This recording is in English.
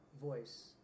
voice